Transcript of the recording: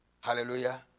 Hallelujah